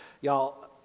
Y'all